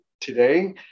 today